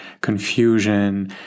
confusion